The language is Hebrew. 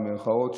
במירכאות,